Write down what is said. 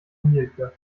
mielke